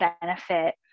benefit